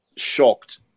Shocked